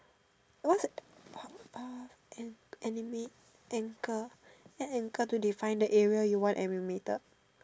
what's uh uh an animate ankle add ankle to define the area you want and every metre